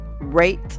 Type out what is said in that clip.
rate